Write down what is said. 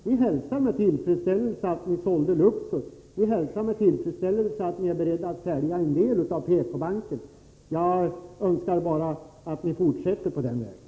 Vi hälsade med tillfredsställelse att ni sålde Luxor. Vi hälsar med tillfredsställelse att ni är beredda att sälja en del av PK-banken. Jag önskar bara att ni fortsätter på den vägen.